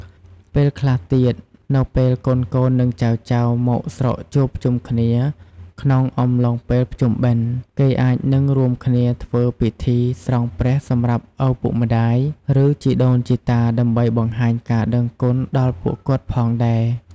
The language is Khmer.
ពេលខ្លះទៀត នៅពេលកូនៗនិងចៅៗមកស្រុកជួបជុំគ្នាក្នុងអំឡុងពេលភ្ជុំបិណ្ឌ គេអាចនឹងរួមគ្នាធ្វើពិធីស្រង់ព្រះសម្រាប់ឪពុកម្ដាយ ឬ ជីដូនជីតាដើម្បីនបង្ហាញការដឹងគុណដល់ពួកគាត់ផងដែរ។